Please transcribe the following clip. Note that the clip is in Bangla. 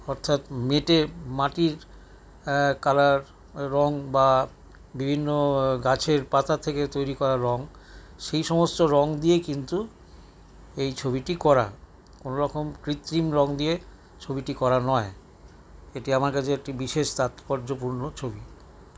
অর্থাৎ মেটে মাটির কালার রঙ বা বিভিন্ন গাছের পাতা থেকে তৈরি করা রঙ সেই সমস্ত রঙ দিয়ে কিন্তু এই ছবিটি করা কোনোরকম কৃত্তিম রঙ দিয়ে ছবিটি করা নয় এটি আমার কাছে একটি বিশেষ তাৎপর্যপূর্ণ ছবি